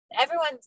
Everyone's